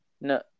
No